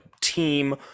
team